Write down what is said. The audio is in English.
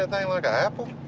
ah like a apple?